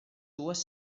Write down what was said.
dues